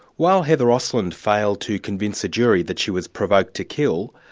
while heather osland failed to convince a jury that she was provoked to kill,